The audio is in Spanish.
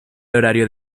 horario